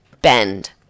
bend